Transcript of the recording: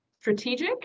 strategic